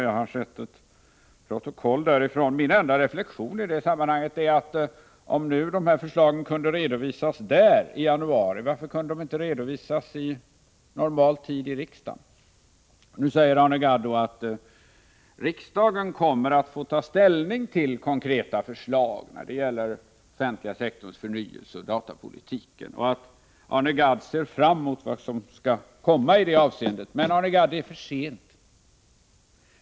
Jag har sett ett protokoll därifrån. Min enda reflexion i det sammanhanget är: Om nu dessa förslag kunde redovisas där i januari, varför kunde de inte redovisas i normal tid här i riksdagen? Arne Gadd sade vidare att riksdagen kommer att få ta ställning till konkreta förslag när det gäller den offentliga sektorns förnyelse och datapolitiken. Han såg fram mot vad som skulle komma i detta avseende. Men, Arne Gadd, det är för sent!